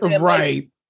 Right